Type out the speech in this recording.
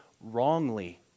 wrongly